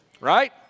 right